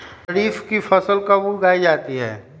खरीफ की फसल कब उगाई जाती है?